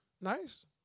Nice